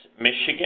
Michigan